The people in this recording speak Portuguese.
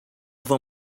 vou